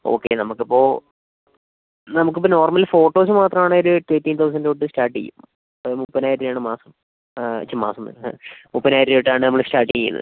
okay നമുക്കിപ്പോൾ നമുക്കിപ്പോൾ normal photos മാത്രമാണേ ഒരു തേർട്ടീൻ തൗസൻറ് തൊട്ട് സ്റ്റാർട്ട് ചെയ്യും മുപ്പതിനായിരം രൂപയാണ് മാസം ഛേ മാസം എന്നു മുപ്പതിനായിരം രൂപ തൊട്ടാണ് നമ്മള് സ്റ്റാർട്ട് ചെയ്യുന്നത്